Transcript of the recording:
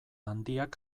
handiak